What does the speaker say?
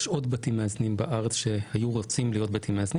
יש עוד בתים מאזנים בארץ שהיו רוצים להיות בתים מאזנים